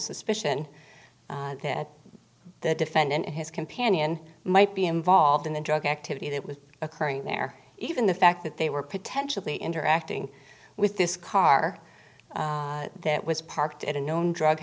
suspicion that the defendant and his companion might be involved in the drug activity that was occurring there even the fact that they were potentially interacting with this car that was parked at a known drug